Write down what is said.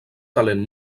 talent